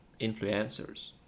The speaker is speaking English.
influencers